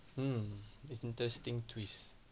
mm it's interesting twist